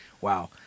wow